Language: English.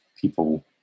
people